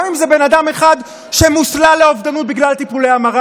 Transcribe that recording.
גם אם זה בן אדם אחד שמוסלל לאובדנות בגלל טיפולי המרה,